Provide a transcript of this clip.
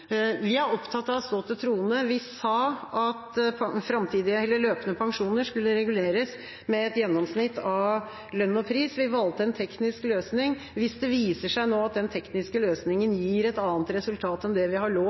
Vi er opptatt av å stå til troende. Vi sa at løpende pensjoner skulle reguleres med et gjennomsnitt av lønn og pris. Vi valgte en teknisk løsning. Hvis det nå viser seg at den tekniske løsningen over tid gir et annet resultat enn det vi har